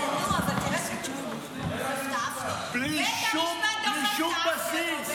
בלי שום בסיס.